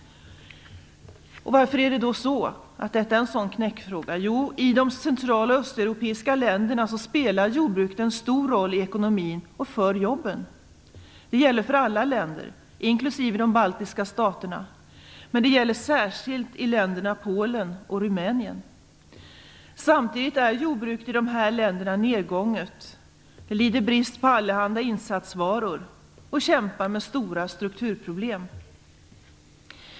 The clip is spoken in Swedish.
Varför är då detta en sådan knäckfråga? I de central och östeuropeiska länderna spelar jordbruket en stor roll i ekonomin och för jobben. Det gäller för alla länder, inklusive de baltiska staterna, men det gäller särskilt i länderna Polen och Rumänien. Samtidigt är jordbruket i dessa länder nedgånget; det lider brist på allehanda insatsvaror och kämpar med stora strukturproblem.